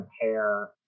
compare